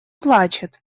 плачет